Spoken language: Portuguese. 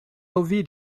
ouvir